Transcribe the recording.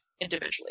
individually